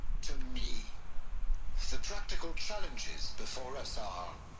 to me the practical challenges before us are.